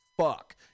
fuck